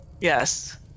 Yes